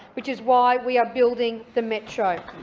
which is why we are building the metro.